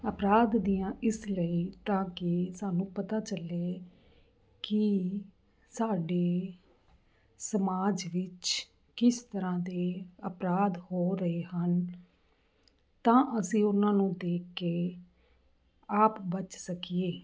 ਅਪਰਾਧ ਦੀਆਂ ਇਸ ਲਈ ਤਾਂ ਕਿ ਸਾਨੂੰ ਪਤਾ ਚੱਲੇ ਕਿ ਸਾਡੇ ਸਮਾਜ ਵਿੱਚ ਕਿਸ ਤਰ੍ਹਾਂ ਦੇ ਅਪਰਾਧ ਹੋ ਰਹੇ ਹਨ ਤਾਂ ਅਸੀਂ ਉਹਨਾਂ ਨੂੰ ਦੇਖ ਕੇ ਆਪ ਬਚ ਸਕੀਏ